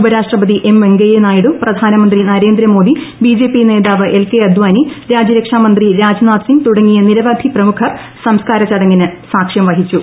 ഉപരാഷ്ട്രപതി എം വെങ്കിയ്യനായിഡു പ്രധാനമന്ത്രി Narendra Modi B J P നേതാവ് എൽ കെ അദ്വാനി രാജ്യരക്ഷാമന്ത്രി രാജ്നാഥ്സിംഗ് തുടങ്ങിയ നിരവധി പ്രമുഖർ സംസ്കാര ചടങ്ങിന് സാക്ഷ്യം വഹിച്ചു